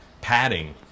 padding